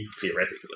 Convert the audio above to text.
theoretically